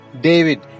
David